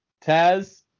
Taz